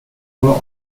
were